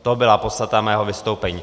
To byla podstata mého vystoupení.